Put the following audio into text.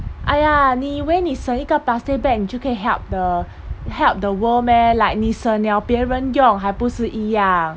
!aiya! 你以为你省一个 plastic bag 你就可以 help the help the world meh like 你省了别人用还不是一样